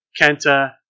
Kenta